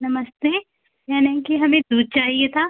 नमस्ते यानि कि हमें दूध चाहिए था